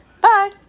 Bye